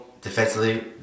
defensively